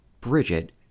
Bridget